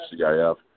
CIF